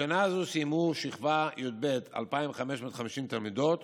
בשנה זו סיימו שכבה י"ב 2,550 תלמידות